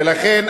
ולכן,